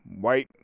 white